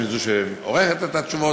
עם זו שעורכת את התשובות.